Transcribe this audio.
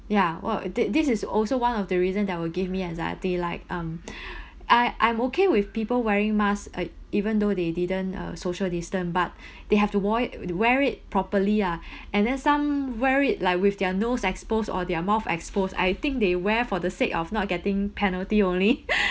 ya wha~ this this is also one of the reason that will give me anxiety like um I I'm okay with people wearing mask eh even though they didn't uh social distance but they have to wore wear it properly ah and then some wear it like with their nose exposed or their mouth exposed I think they wear for the sake of not getting penalty only